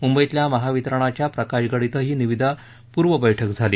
मुंबईतल्या महावितरणाच्या प्रकाशगड इथं ही निविदापूर्व बैठक झाली